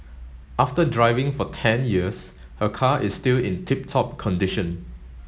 after driving for ten years her car is still in tip top condition